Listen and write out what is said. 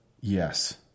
Yes